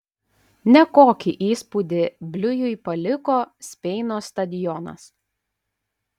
nekokį įspūdį bliujui paliko speino stadionas